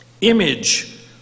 image